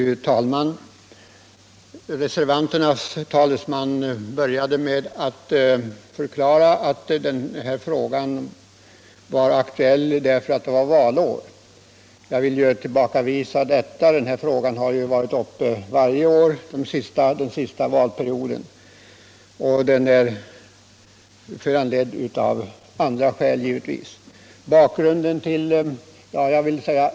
Fru talman! Reservanternas talesman började med att förklara att den här frågan är aktuell därför att det är valår. Jag vill tillbakavisa detta. Den här frågan har varit uppe varje år under den senaste valperioden och skälen till det är givetvis andra, de påverkas inte av om det är valår eller ej.